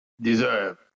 deserve